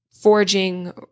forging